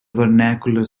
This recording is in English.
vernacular